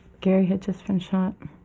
gary had just been shot